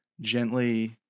gently